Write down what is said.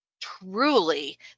truly